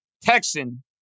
Texan